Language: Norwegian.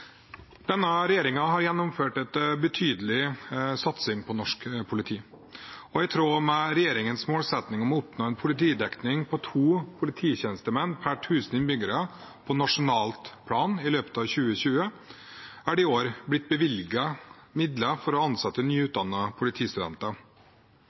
Denne regjeringen har gjennomført en betydelig satsing på norsk politi. I tråd med regjeringens målsetting om å oppnå en politidekning på to polititjenestemenn per tusen innbyggere på nasjonalt plan i løpet av 2020 er det i år blitt bevilget midler til å ansette